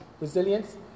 resilience